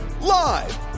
Live